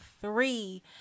three